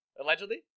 Allegedly